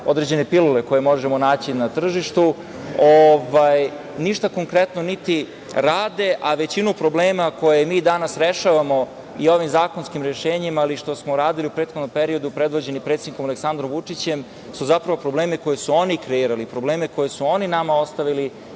određene pilule koje možemo naći na tržištu... Ništa konkretno niti rade, a većinu problema koje mi danas rešavamo i ovim zakonskim rešenjem, ali i što smo radili u prethodnom periodu predvođeni predsednikom Aleksandrom Vučićem, su zapravo problemi koje su oni kreirali, problemi koje su oni nama ostavili